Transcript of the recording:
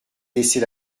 laisser